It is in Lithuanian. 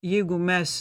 jeigu mes